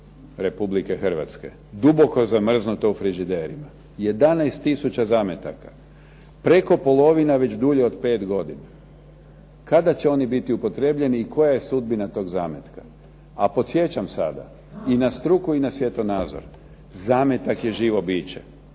Republike Hrvatske, duboko zamrznuta u frižiderima, 11 tisuća zametaka. Preko polovina već dulje od 5 godina, kada će oni biti upotrijebljeni i koja je sudbina tog zametka, a podsjećam sada i na struku i na svjetonazor, zametak je živo biće,